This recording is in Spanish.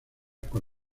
con